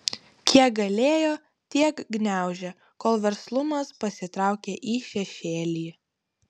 kiek galėjo tiek gniaužė kol verslumas pasitraukė į šešėlį